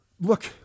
look